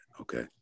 Okay